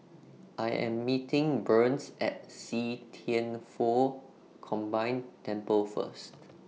I Am meeting Burns At See Thian Foh Combined Temple First